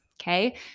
Okay